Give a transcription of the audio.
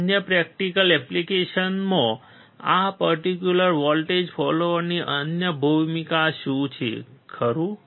અન્ય પ્રેક્ટિકલ એપ્લિકેશનમાં આ પર્ટીક્યુલર વોલ્ટેજ ફોલોઅરની અન્ય ભૂમિકા શું છે ખરું